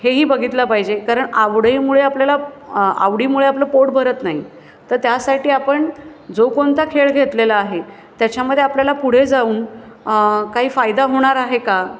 हेही बघितलं पाहिजे कारण आवडीमुळे आपल्याला आवडीमुळे आपलं पोट भरत नाही तर त्यासाठी आपण जो कोणता खेळ घेतलेला आहे त्याच्यामध्ये आपल्याला पुढे जाऊन काही फायदा होणार आहे का